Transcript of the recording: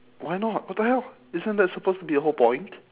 why not what the hell isn't that supposed to be the whole point